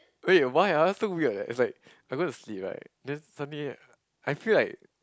wait why ah so weird leh it's like I go to sleep right then suddenly I feel like